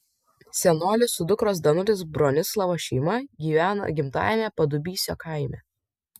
senolė su dukros danutės bronislavos šeima gyvena gimtajame padubysio kaime